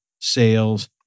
sales